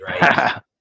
right